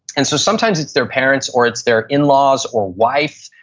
and so, sometimes it's their parents, or it's their in-laws, or wife,